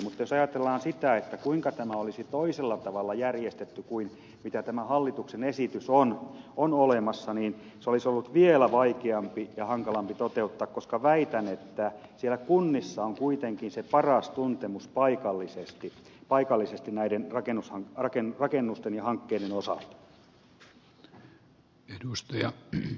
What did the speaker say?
mutta jos ajatellaan sitä kuinka tämä olisi järjestetty toisella tavalla kuin tämä hallituksen olemassa oleva esitys niin se olisi ollut vielä vaikeampi ja hankalampi toteuttaa koska väitän että siellä kunnissa on kuitenkin se paras tuntemus paikallisesti näiden rakennusten ja hankkeiden osalta